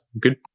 Good